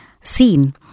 seen